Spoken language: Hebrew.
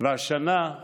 והשנה,